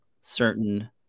certain